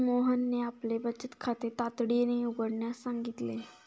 मोहनने आपले बचत खाते तातडीने उघडण्यास सांगितले